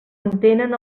entenen